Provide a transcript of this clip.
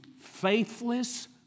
faithless